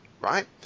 Right